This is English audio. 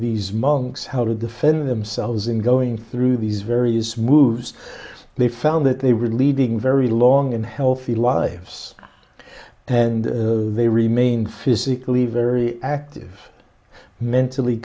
these monks how to defend themselves in going through these various moves they found that they were leading very long and healthy lives and they remained physically very active mentally